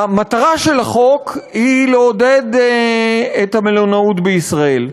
המטרה של החוק היא לעודד את המלונאות בישראל.